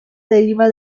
deriva